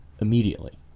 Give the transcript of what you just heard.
immediately